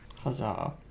Huzzah